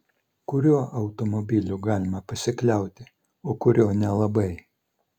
kuriuo automobiliu galima pasikliauti o kuriuo nelabai